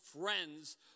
friends